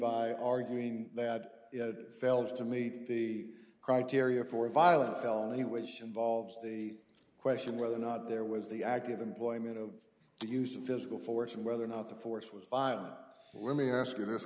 by arguing that it fails to meet the criteria for a violent felony which involves the question whether or not there was the active employment of the use of physical force and whether or not the force was violent let me ask you this